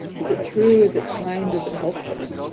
is it true is it kind is it helpful,